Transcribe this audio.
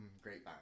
Great